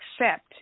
accept